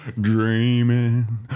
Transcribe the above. dreaming